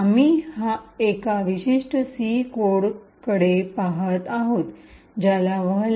आम्ही एका विशिष्ट सी कोडकडे पहात आहोत ज्याला व्हल्न